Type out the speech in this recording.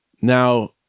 now